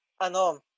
ano